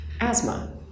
asthma